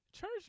church